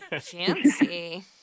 fancy